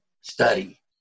study